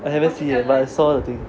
I never see eh but is saw the thing